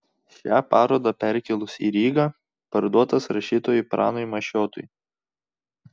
šią parodą perkėlus į rygą parduotas rašytojui pranui mašiotui